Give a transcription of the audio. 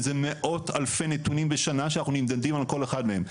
זה מאות אלפי נתונים בשנה שאנחנו נמדדים על כל אחד מהם,